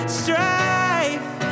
strife